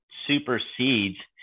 supersedes